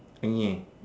ah yeah